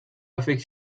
avec